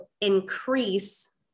increase